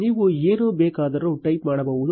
ನೀವು ಏನು ಬೇಕಾದರೂ ಟೈಪ್ ಮಾಡಬಹುದು